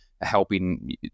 helping